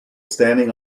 standing